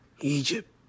Egypt